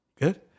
good